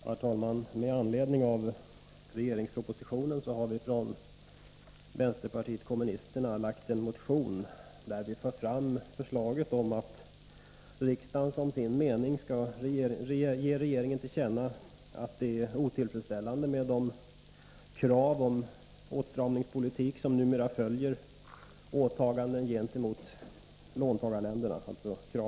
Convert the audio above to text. Herr talman! Med anledning av regeringspropositionen har vi från vänsterpartiet kommunisterna lagt en motion där vi för fram förslaget om att riksdagen som sin mening ger regeringen till känna att det är otillfredsställande med de krav på åtstramningspolitik som IMF numera ställer på låntagarländerna.